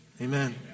amen